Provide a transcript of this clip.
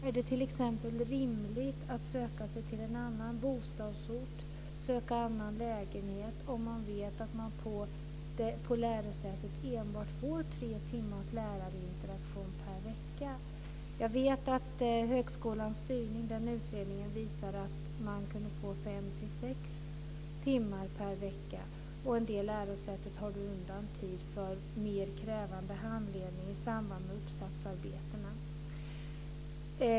Är det t.ex. rimligt att söka sig till en annan bostadsort och söka annan lägenhet, om man vet att man på lärosätet enbart får tre timmars lärarinteraktion per vecka? Jag vet att utredningen Högskolans styrning visar att man kunde få fem-sex timmar per vecka. En del lärosäten tar undan tid för mer krävande handledning i samband med uppsatsarbete.